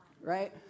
right